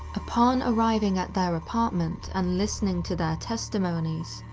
upon arriving at their apartment and listening to their testimonies,